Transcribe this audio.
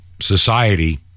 society